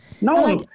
No